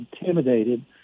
intimidated